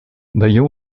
даю